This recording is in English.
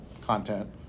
content